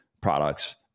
products